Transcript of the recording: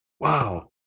wow